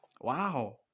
Wow